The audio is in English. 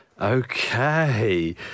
okay